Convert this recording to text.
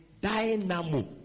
dynamo